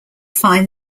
find